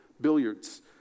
billiards